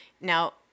Now